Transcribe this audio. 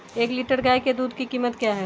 एक लीटर गाय के दूध की कीमत क्या है?